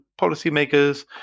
policymakers